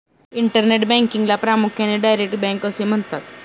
internet बँकिंगला प्रामुख्याने direct bank असे म्हणतात